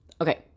Okay